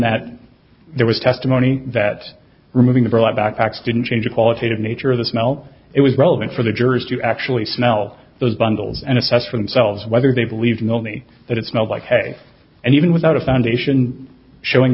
that there was testimony that removing the burlap backpacks didn't change a qualitative nature of the smell it was relevant for the jurors to actually smell those bundles and assess for themselves whether they believed me that it smelled like a and even was a foundation showing